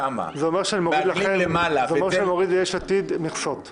למעלה --- זה אומר שנוריד ליש עתיד מכסות.